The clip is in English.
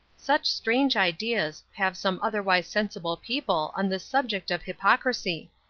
such strange ideas have some otherwise sensible people on this subject of hypocrisy!